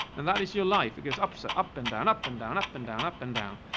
and that is your life. it goes up, so up and down, up and down, up and down, up and down.